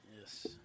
Yes